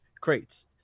crates